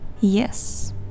Yes